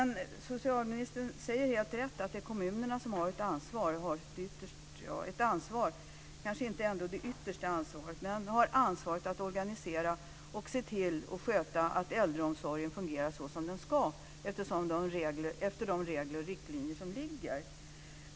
Socialministern säger helt riktigt att det är kommunerna som har ansvaret, kanske inte det yttersta men ändå ett ansvar, att organisera äldreomsorgen och se till att den fungerar som den ska efter de regler och riktlinjer som finns.